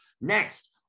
Next